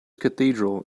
cathedral